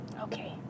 Okay